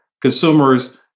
consumers